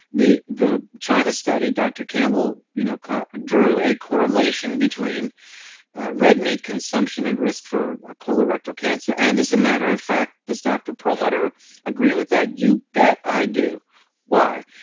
the the china study dr. campbell you know drew correlation between red meat consumption and risk for ah colorectal cancer. and, as a matter of fact, does dr. perlmutter agree with that? you bet i do why?